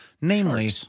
namely